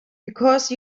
because